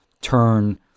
turn